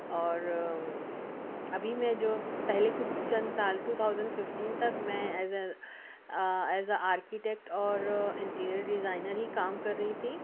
اور ابھی میں جو پہلے کچھ چند سال ٹو تھاوزینڈ ففٹین تک میں ایز ایز اے آرکیٹیک اور انٹیریئر ڈیزائنر ہی کام کر رہی تھی